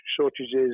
shortages